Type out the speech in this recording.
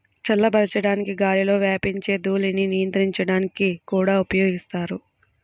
చల్లబరచడానికి గాలిలో వ్యాపించే ధూళిని నియంత్రించడానికి కూడా ఉపయోగిస్తారు